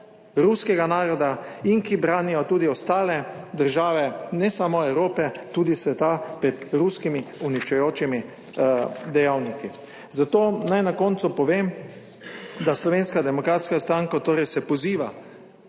ruskega naroda in ki branijo tudi ostale države, ne samo Evrope, tudi sveta, pred ruskimi uničujočimi dejavniki. Zato naj na koncu povem, da Slovenska demokratska stranka torej se poziva,